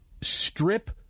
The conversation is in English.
strip